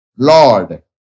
Lord